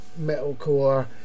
metalcore